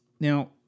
Now